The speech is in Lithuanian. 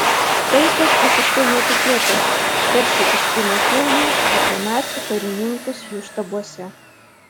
vaizdas visiškai netikėtas tarsi iš kino filmų apie nacių karininkus jų štabuose